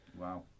Wow